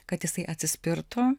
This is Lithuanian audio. kad jisai atsispirtų